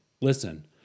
Listen